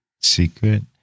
Secret